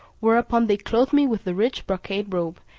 whereupon they clothed me with the rich brocade robe,